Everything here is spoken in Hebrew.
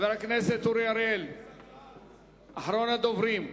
אחרון הדוברים.